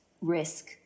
risk